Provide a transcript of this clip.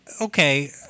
Okay